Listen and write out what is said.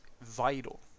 vital